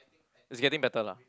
it's getting better lah